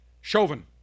Chauvin